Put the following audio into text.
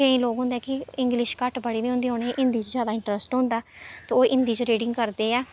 केईं लोक होंदे कि इंग्लिश घट्ट पढ़ी दी होंदी उ'नें हिंदी च जैदा इंटरस्ट होंदा ते ओह् हिंदी च रीडिंग करदे ऐ